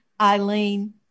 Eileen